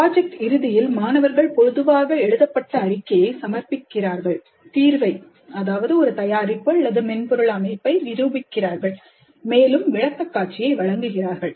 project இறுதியில் மாணவர்கள் பொதுவாக எழுதப்பட்ட அறிக்கையை சமர்ப்பிக்கிறார்கள் தீர்வை ஒரு தயாரிப்பு அல்லது மென்பொருள் அமைப்பு நிரூபிக்கிறார்கள் மேலும் விளக்கக்காட்சியை வழங்குகிறார்கள்